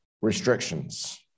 restrictions